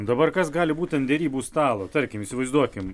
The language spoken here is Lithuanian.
dabar kas gali būti ant derybų stalo tarkim įsivaizduokim